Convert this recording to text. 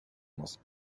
most